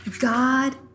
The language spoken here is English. God